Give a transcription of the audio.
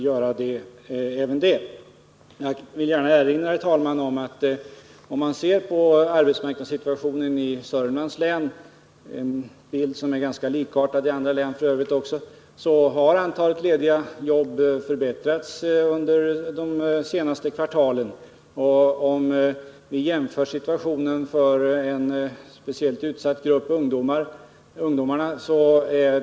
Jag vill gärna erinra om att arbetsmarknadssituationen i Sörmlands län — bilden är f. ö. ganska likartad i andra län — har förbättrats under de senaste kvartalen. Vi kan jämföra situationen i dag för en speciellt utsatt grupp — ungdomarna — med situationen för ett år sedan.